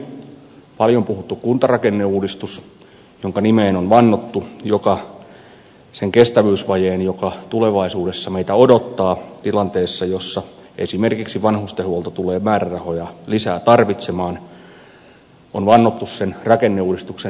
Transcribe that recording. toinen on paljon puhuttu kuntarakenneuudistus jonka nimiin on vannottu siinä kestävyysvajeen tilanteessa joka tulevaisuudessa meitä odottaa tilanteessa jossa esimerkiksi vanhustenhuolto tulee määrärahoja lisää tarvitsemaan